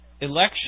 election